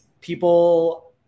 people